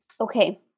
Okay